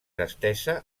estesa